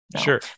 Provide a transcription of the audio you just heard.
Sure